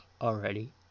already